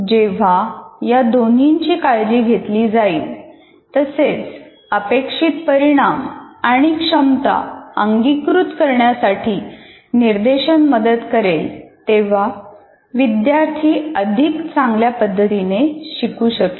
जेव्हा या दोन्हींची काळजी घेतली जाईल तसेच अपेक्षित परिणाम आणि क्षमता अंगीकृत करण्यासाठी निर्देशन मदत करेल तेव्हा विद्यार्थी अधिक चांगल्या पद्धतीने शिकू शकेल